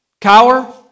Cower